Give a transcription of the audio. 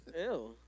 Ew